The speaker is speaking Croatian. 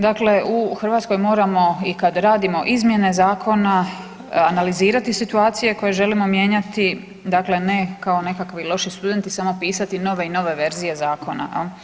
Dakle u Hrvatskoj moramo i kad radimo izmjene zakona analizirati situacije koje želimo mijenjati, dakle ne kao nekakvi loši studenti samo pisati nove i nove verzije zakona, je li.